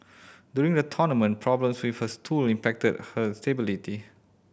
during the tournament problems with her stool impacted her stability